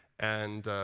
and